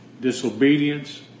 disobedience